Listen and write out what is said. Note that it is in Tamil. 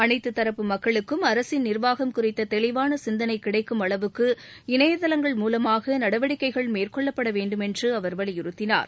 அனைத்து தரப்பு மக்களுக்கும் அரசின் நிர்வாகம் குறித்த தெளிவான சிந்தனை கிடைக்கும் அளவுக்கு இணையதளங்கள் மூலமாக நடவடிக்கைகள் மேற்கொள்ளப்பட வேண்டுமென்று அவர் வலியுறுத்தினார்